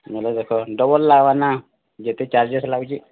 ନି ହେଲେ ଦେଖ ଡବଲ୍ ଲାଗ୍ବା ନା ଯେତେ ଚାର୍ଜେସ୍ ଲାଗୁଛେ